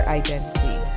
identity